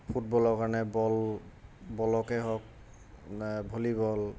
ফুটবলৰ কাৰণে বল বলকে হওক ভলীবল